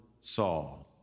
Saul